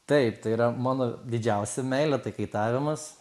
taip tai yra mano didžiausia meile tai kaitavimas